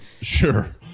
Sure